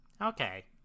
Okay